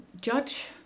judge